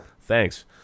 Thanks